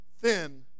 thin